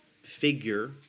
figure